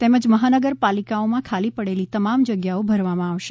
તેમજ મહાનગર પાલિકાઓમાં ખાલી પડેલી તમામ જગ્યાઓ ભરવામાં આવશે